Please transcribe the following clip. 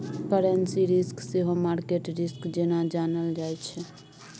currency risk सेहो market risk जेना जानल जाइ छै